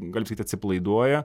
galim pasakyt atsipalaiduoja